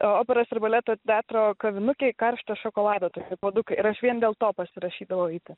o operos ir baleto teatro kavinukėj karšto šokolado puodukai ir aš vien dėl to pasirašydavau eiti